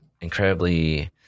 incredibly